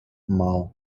mal